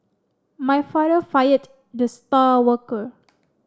my father fired the star worker